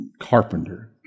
carpenter